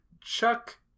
chuck